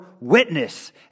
witness